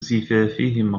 زفافهم